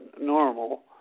normal